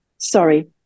Sorry